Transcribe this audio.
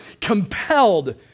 compelled